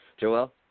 Joel